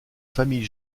famille